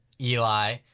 Eli